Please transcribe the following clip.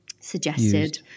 suggested